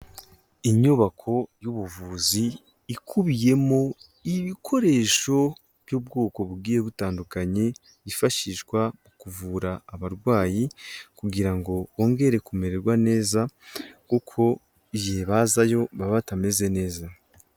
Inyubako y'ubuvuzi ikubiyemo ibikoresho by'ubwoko bugiye butandukanye, yifashishwa mu kuvura abarwayi kugira ngo bongere kumererwa neza kuko igihe bazayo baba batameze neza.